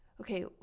okay